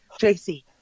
JC